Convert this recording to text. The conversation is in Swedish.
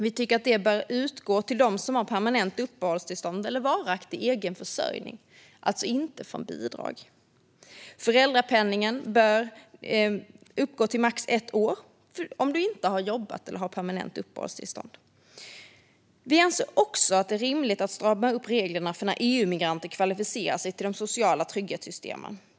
Vi tycker att det bör utgå enbart till dem som har permanent uppehållstillstånd eller varaktig egen försörjning - alltså inte bidrag. Ett fjärde exempel är föräldrapenningen, som bör utgå i max ett år om du inte har jobb eller permanent uppehållstillstånd. Vi anser också att det är rimligt att strama upp reglerna för när EUmigranter kvalificerar sig till de sociala trygghetssystemen.